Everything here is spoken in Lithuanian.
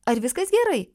ar viskas gerai